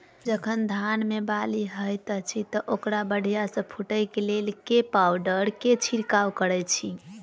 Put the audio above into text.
जखन धान मे बाली हएत अछि तऽ ओकरा बढ़िया सँ फूटै केँ लेल केँ पावडर केँ छिरकाव करऽ छी?